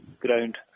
ground